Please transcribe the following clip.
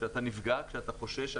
כשאתה נפגע ואתה חושש,